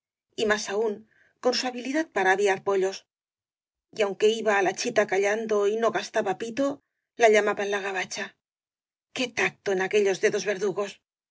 y más aún con su habilidad para aviar pollos aunque iba á la chita callando y no gastaba pito la llamaban la gabacha qué tacto en aquellos dedos verdugos